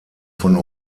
von